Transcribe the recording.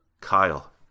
Kyle